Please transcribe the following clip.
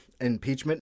impeachment